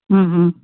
हूं हूं